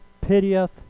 pitieth